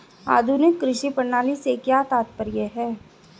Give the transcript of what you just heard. आधुनिक कृषि प्रणाली से क्या तात्पर्य है?